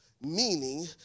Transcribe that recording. Meaning